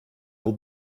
will